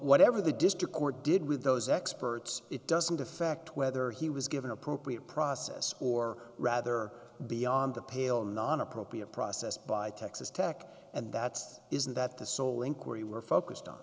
whatever the district court did with those experts it doesn't affect whether he was given appropriate process or rather beyond the pale non appropriate process by texas tech and that isn't that the sole inquiry were focused on